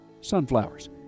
sunflowers